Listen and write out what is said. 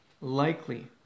likely